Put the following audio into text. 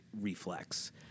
reflex